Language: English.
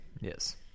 Yes